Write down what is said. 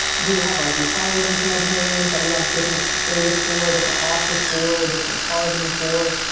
we have like retargeting campaigns that we have different creatives for, different offers for, different targeting for.